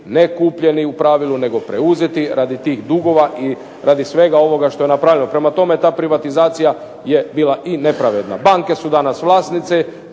ne kupljeni u pravilu nego preuzeti radi tih dugova i radi svega ovoga što je napravljeno. Prema tome ta privatizacija je bila i nepravedna. Banke su danas vlasnice,